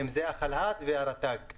אם זה החברה להגנת הטבע ורשות הטבע והגנים.